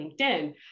LinkedIn